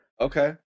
Okay